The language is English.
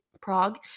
Prague